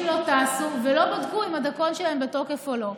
לא טסו ולא בדקו אם הדרכון שלהם בתוקף או לא.